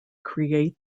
create